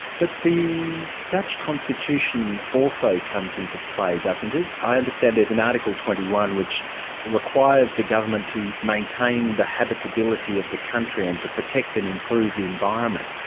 but the dutch constitution also comes into play, doesn't it. i understand there's an article twenty one which requires the government to maintain the habitability of the country and to protect and improve the environment.